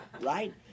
right